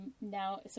now